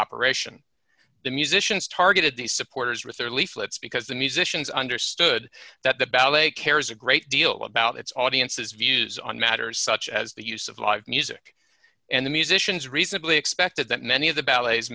operation the musicians targeted the supporters with their leaflets because the musicians understood that the ballet cares a great deal about its audiences views on matters such as the use of live music and the musicians reasonably expected that many of the ballets